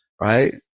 right